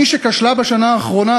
מי שכשלה בשנה האחרונה,